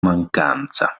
mancanza